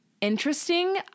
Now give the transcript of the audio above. interesting